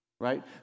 Right